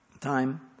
time